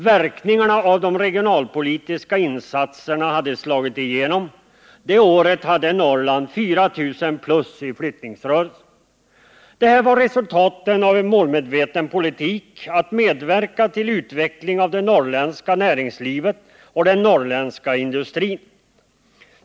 Verkningarna av de regionalpolitiska insatserna hade slagit igenom. Det året hade Norrland 4 000 plus i flyttningsrörelse. Detta var resultatet av en målmedveten politik att medverka till utveckling av det norrländska näringslivet och den norrländska industrin.